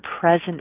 present